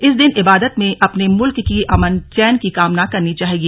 इस दिन इबादत में अपने मुल्क की अमन चौन की कामना करनी चाहिए